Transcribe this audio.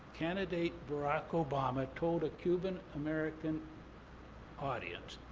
candidate barack obama told a cuban american audience